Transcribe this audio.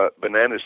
bananas